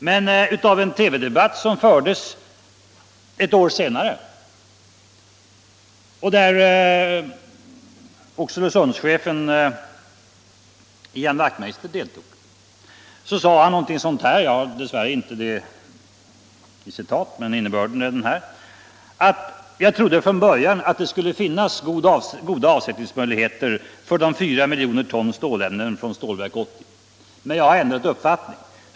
Men i en TV-debatt som fördes ett år senare sade Oxelösundschefen Ilan Wachtmeister ungefär följande: — Jag trodde från början att det skulle finnas goda avsättningsmöjligheter för de 4 miljonerna ton stålämnen från Stålverk 80, men jag har ändrat uppfattning.